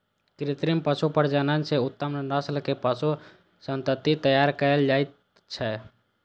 कृत्रिम पशु प्रजनन सं उत्तम नस्लक पशु संतति तैयार कएल जाइ छै